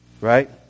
right